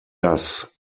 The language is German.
das